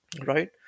right